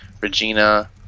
Regina